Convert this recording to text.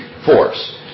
force